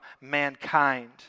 mankind